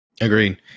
Agreed